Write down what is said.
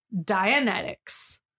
Dianetics